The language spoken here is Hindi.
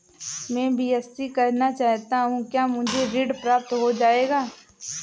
मैं बीएससी करना चाहता हूँ क्या मुझे ऋण प्राप्त हो जाएगा?